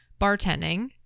bartending